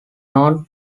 known